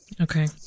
Okay